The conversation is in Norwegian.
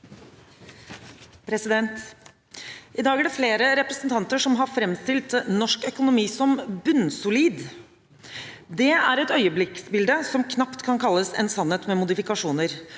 I dag er det flere representanter som har framstilt norsk økonomi som bunnsolid. Det er et øyeblikksbilde som knapt kan kalles en sannhet med modifikasjoner,